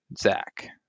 Zach